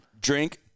Drink